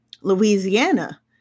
Louisiana